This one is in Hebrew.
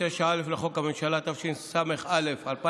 בהתאם להוראת סעיף 9(א) לחוק הממשלה, התשס"א 2001,